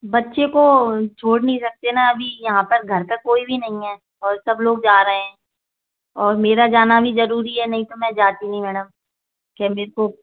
बच्चे को छोड़ नहीं सकते न अभी यहाँ पर घर का कोई भी नहीं है और सब लोग जा रहें हैं और मेरा जाना भी ज़रूरी है नहीं तो मैं जाती नहीं मैडम कहने को